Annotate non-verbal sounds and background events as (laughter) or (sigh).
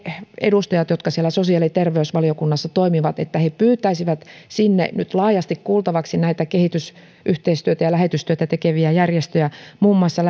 edustajat jotka siellä sosiaali ja terveysvaliokunnassa toimivat pyytäisivät sinne nyt laajasti kuultavaksi näitä kehitysyhteistyötä ja lähetystyötä tekeviä järjestöjä muun muassa (unintelligible)